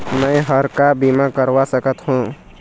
मैं हर का बीमा करवा सकत हो?